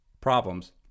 problems